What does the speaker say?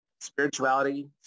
spirituality